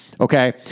okay